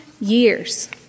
years